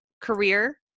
career